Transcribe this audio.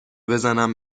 بزنم